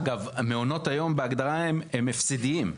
אגב, המעונות היום בהגדרה הם הפסדיים.